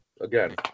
Again